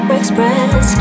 express